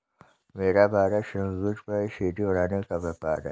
मेरा भारतीय संगीत पर सी.डी बनाने का व्यापार है